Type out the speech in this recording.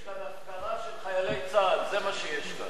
יש כאן הפקרה של חיילי צה"ל, זה מה שיש כאן.